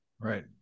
Right